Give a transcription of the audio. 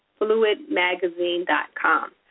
fluidmagazine.com